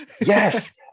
yes